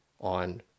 on